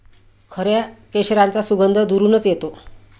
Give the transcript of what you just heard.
खऱ्या केशराचा सुगंध दुरूनच येतो